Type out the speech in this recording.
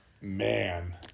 man